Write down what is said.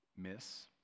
miss